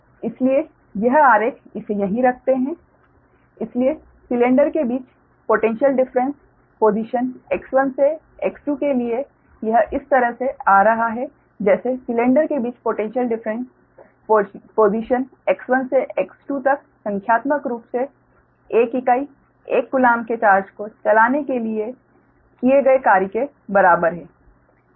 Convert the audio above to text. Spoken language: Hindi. इसलिए यह आरेख इसे यहीं रखते है इसलिए सिलेंडर के बीच पोटैन्श्यल डिफ़्रेंस पोसिशन X1 से X2 के लिए यह इस तरह से आ रहा है जैसे सिलेंडर के बीच पोटैन्श्यल डिफ़्रेंस पोसिशन X1 से X2 तक संख्यात्मक रूप से एक इकाई 1 कोलॉम्ब के चार्ज को चलाने में किए गए कार्य के बराबर है